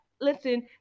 listen